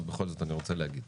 ובכל זאת אני רוצה להגיד,